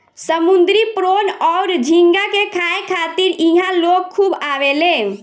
समुंद्री प्रोन अउर झींगा के खाए खातिर इहा लोग खूब आवेले